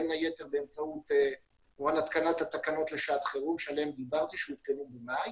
בין היתר באמצעות הוראה להתקנת התקנות לשעת חירום שהותקנו במאי.